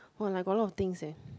!wah! like got a lot of things eh